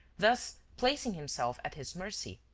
thus placing himself at his mercy.